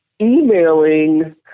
emailing